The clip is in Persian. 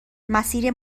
مسیر